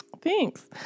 thanks